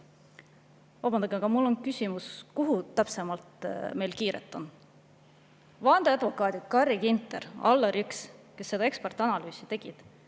Vabandage, kuid mul on küsimus: kuhu täpsemalt meil kiiret on? Vandeadvokaadid Carri Ginter ja Allar Jõks, kes seda ekspertanalüüsi tegid,